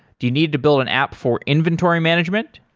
do you need to build an app for inventory management?